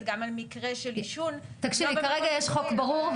גם על מקרה של עישון --- כרגע יש חוק ברור,